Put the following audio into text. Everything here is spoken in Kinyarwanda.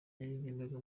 yaririmbaga